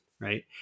right